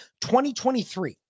2023